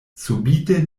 subite